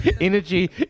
Energy